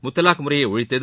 முத்தலாக் முறையை ஒழித்தது